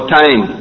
time